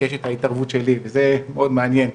ביקש את ההתערבות שלי וזה מאוד מעניין,